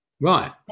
Right